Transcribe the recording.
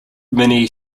mini